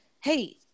Hey